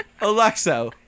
Alexa